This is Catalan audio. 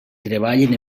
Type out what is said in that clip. treballen